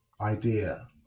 idea